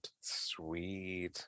Sweet